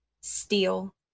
steal